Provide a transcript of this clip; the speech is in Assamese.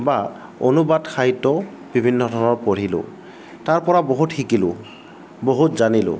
বা অনুবাদ সাহিত্য়ও বিভিন্ন ধৰণৰ পঢ়িলোঁ তাৰ পৰা বহুত শিকিলোঁ বহুত জানিলোঁ